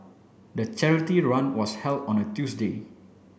the charity run was held on a Tuesday